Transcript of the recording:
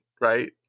Right